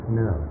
no